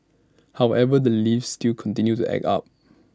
however the lifts still continue to act up